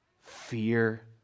Fear